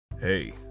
Hey